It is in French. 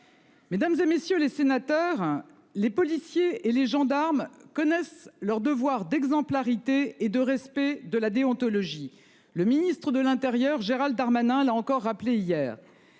Mesdames, et messieurs les sénateurs, hein. Les policiers et les gendarmes connaissent leur devoir d'exemplarité et de respect de la déontologie le Ministre de l'Intérieur Gérald Darmanin, l'a encore rappelé hier.